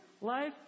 life